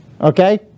Okay